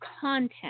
content